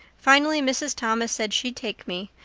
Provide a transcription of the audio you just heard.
finally mrs. thomas said she'd take me,